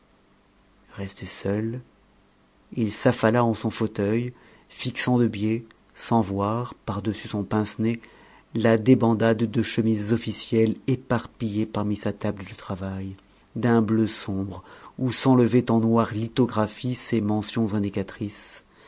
resté seul il s'affala en son fauteuil fixant de biais sans voir par-dessus son pince nez la débandade de chemises officielles éparpillées parmi sa table de travail d'un bleu sombre où s'enlevaient en noir lithographié ces mentions indicatrices